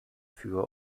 für